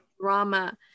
Drama